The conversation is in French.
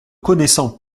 connaissant